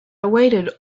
waited